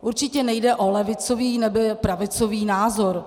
Určitě nejde o levicový nebo pravicový názor.